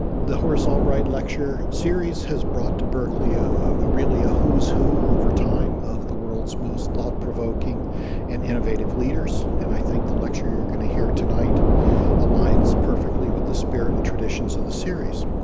the horace albright lecture series has brought to berkeley ah ah really a who's who over time of the world's most thought provoking and innovative leaders and i think the lecture you're going to hear tonight aligns perfectly with the spirit and traditions of the series.